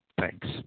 Thanks